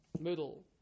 middle